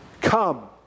Come